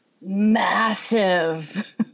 massive